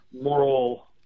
moral